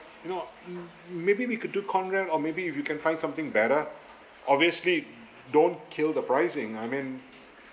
you know m~ maybe we could do conrad or maybe if you can find something better obviously don't kill the pricing I mean